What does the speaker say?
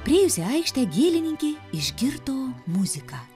priėjusi aikštę gėlininkė išgirdo muziką